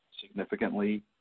significantly